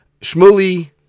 Shmuli